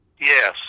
Yes